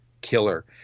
killer